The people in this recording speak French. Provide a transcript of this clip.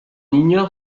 ignore